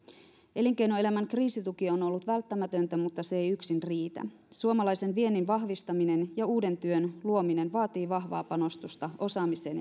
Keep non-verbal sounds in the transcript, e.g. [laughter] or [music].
elinkeinoelämän kriisituki on ollut välttämätöntä mutta se ei yksin riitä suomalaisen viennin vahvistaminen ja uuden työn luominen vaativat vahvaa panostusta osaamiseen [unintelligible]